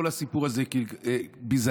כל הסיפור הזה ביזיון.